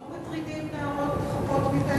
האם פרחחים יהודים לא מטרידים נערות חפות מפשע?